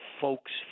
folks